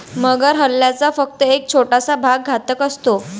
मगर हल्ल्याचा फक्त एक छोटासा भाग घातक असतो